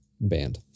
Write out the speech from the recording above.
band